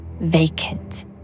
Vacant